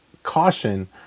caution